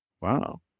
Wow